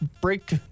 break